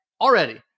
already